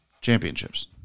Championships